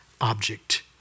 object